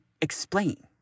explain